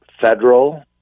Federal